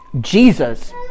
Jesus